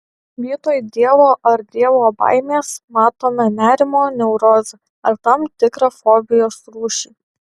vietoj dievo ar dievo baimės matome nerimo neurozę ar tam tikrą fobijos rūšį